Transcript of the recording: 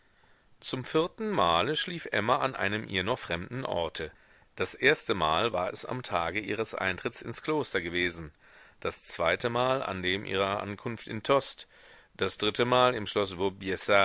zum vierten male schlief emma an einem ihr noch fremden orte das erstemal war es am tage ihres eintritts ins kloster gewesen das zweitemal an dem ihrer ankunft in tostes das drittemal im schloß